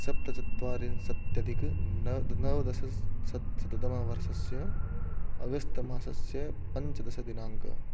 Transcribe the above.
सप्तचत्वारिंशदधिक न नवदश सत् शततमवर्षस्य अगस्तमासस्य पञ्चदशदिनाङ्कः